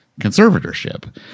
conservatorship